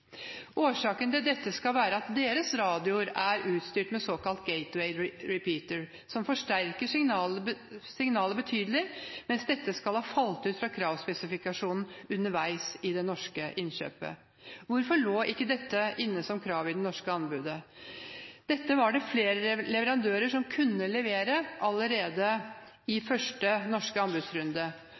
Årsaken til dette skal være at deres radioer er utstyrt med såkalt Gateway repeatere som forsterker signalet betydelig, mens dette skal ha falt ut fra kravspesifikasjonen underveis i det norske innkjøpet. Hvorfor lå ikke dette inne som krav i det norske anbudet? Dette var det flere leverandører som kunne levere allerede i første norske anbudsrunde.